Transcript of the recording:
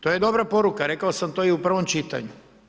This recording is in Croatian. To je dobra poruka, rekao sam to i u prvom čitanju.